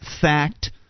fact